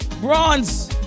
Bronze